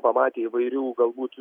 pamatė įvairių galbūt